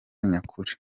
nyakuri